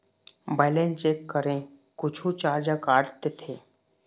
Balance check करें कुछू charge काट देथे?